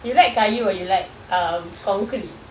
you like kayu or you like concrete